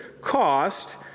cost